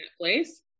place